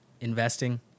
investing